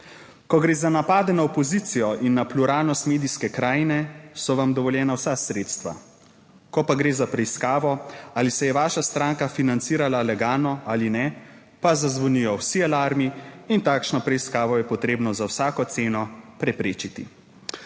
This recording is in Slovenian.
Ko gre za napade na opozicijo in na pluralnost medijske krajine, so vam dovoljena vsa sredstva. Ko pa gre za preiskavo, ali se je vaša stranka financirala legalno ali ne, pa zazvonijo vsi alarmi in takšno preiskavo je potrebno za vsako ceno preprečiti.